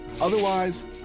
Otherwise